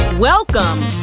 Welcome